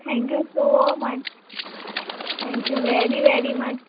thank you so much thank you very very much